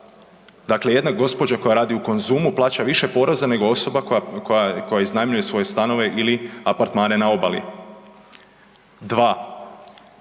Dakle, jedna gospođa koja radi u Konzumu plaća više poreza nego osoba koja iznajmljuje svoje stanove ili apartmane na obali. 2,